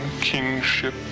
kingship